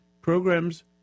programs